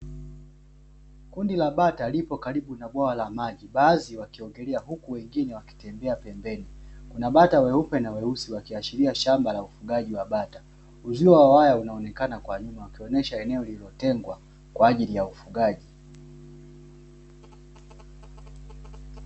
Kundi la bata lipo karibu na bwawa la maji baadhi wakiogelea huku wengine wakitembea pembeni, kuna bata weupe na weusi wakiashiria shamba la ufugaji wa bata. Uzio wa waya unaonekana kwa nyuma ukionyesha eneo lililotengwa kwa ajili ya ufugaji.